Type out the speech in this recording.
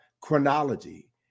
chronology